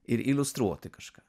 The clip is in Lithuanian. ir iliustruoti kažką